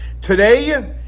today